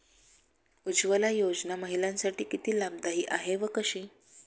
उज्ज्वला योजना महिलांसाठी किती लाभदायी आहे व कशी?